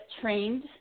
trained